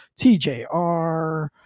TJR